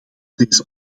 deze